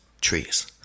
trees